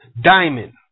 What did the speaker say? diamond